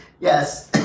Yes